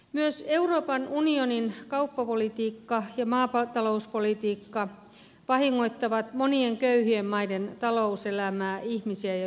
myös euroopan unionin kauppapolitiikka ja maatalouspolitiikka vahingoittavat monien köyhien maiden talouselämää ihmisiä ja ympäristöä